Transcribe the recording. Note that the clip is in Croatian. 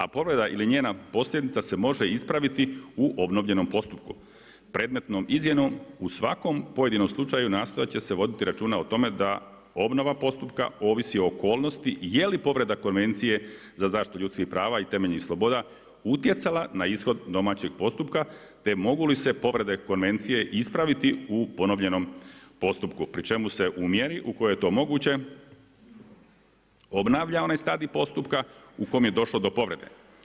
A povreda ili njena posljedica se može ispraviti u obnovljenom postupku, predmetnom izmjenom u svakom pojedinom slučaju nastojati će se voditi računa o tome da obnova postupka ovisi o okolnosti, je li povreda konvencije za zaštitu ljudskih prava i temeljnih sloboda utjecala na ishod domaćeg postupka, te mogu li se povrede konvencije ispraviti u ponovljenom postupku, pri čemu se u mjeri u kojoj to moguće, obnavlja onaj stadij postupka u kojem je došlo do povrede.